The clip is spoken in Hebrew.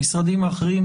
המשרדים האחרים,